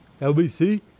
LBC